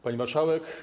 Pani Marszałek!